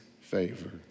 favor